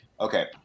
Okay